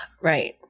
Right